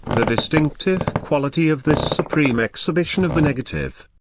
the distinctive quality of this supreme exhibition of the negative.